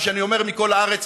וכשאני אומר בכל הארץ,